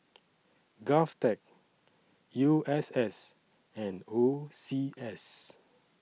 Govtech U S S and O C S